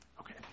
okay